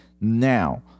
Now